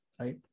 right